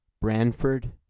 Branford